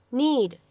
need